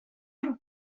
amb